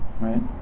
Right